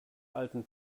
alten